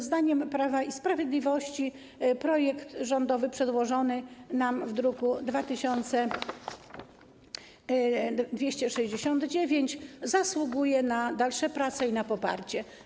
Zdaniem Prawa i Sprawiedliwości projekt rządowy przedłożony nam w druku nr 2269 zasługuje na dalsze prace i na poparcie.